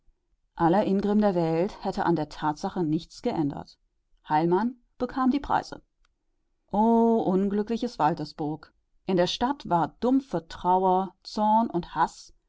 aller ingrimm der welt hätte an der tatsache nichts geändert heilmann bekam die preise o unglückliches waltersburg in der stadt war dumpfe trauer zorn und haß